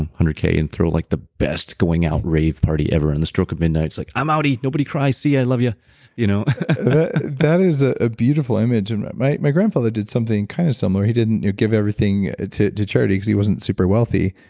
hundred k and throw like the best going out rave party ever and the stroke of midnight it's like i'm outie, nobody cries. see you, i love you you know that is a ah beautiful image. and my my grandfather did something kind of similar. he didn't give everything ah to to charity because he wasn't super wealthy,